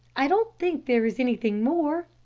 i don't think there is anything more.